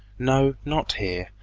no not here.